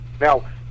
now